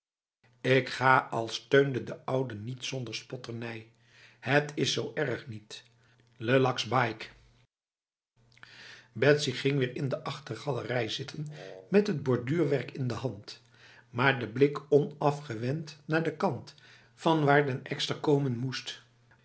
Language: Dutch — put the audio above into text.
ik ga al steunde de oude niet zonder spotternij het is zo erg niet lekas baikf betsy ging weer in de achtergalerij zitten met het borduurwerk in de hand maar de blik onafgewend naar de kant vanwaar den ekster komen moest